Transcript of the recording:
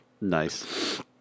Nice